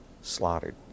slaughtered